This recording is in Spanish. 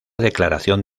declaración